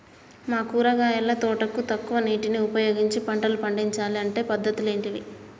మా కూరగాయల తోటకు తక్కువ నీటిని ఉపయోగించి పంటలు పండించాలే అంటే పద్ధతులు ఏంటివి?